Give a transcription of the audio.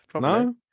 No